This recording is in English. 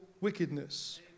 wickedness